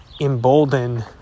embolden